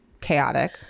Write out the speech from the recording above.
chaotic